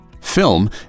film